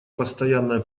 постоянная